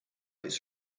its